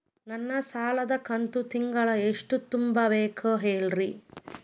ನನ್ನ ಸಾಲದ ಕಂತು ತಿಂಗಳ ಎಷ್ಟ ತುಂಬಬೇಕು ಹೇಳ್ರಿ?